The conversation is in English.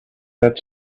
that